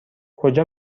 کجا